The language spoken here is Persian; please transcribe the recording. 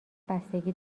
بستگی